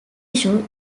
issue